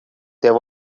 there